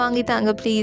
please